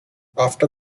after